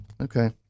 okay